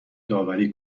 داوری